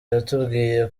yatubwiye